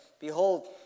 Behold